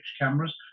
cameras